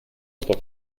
war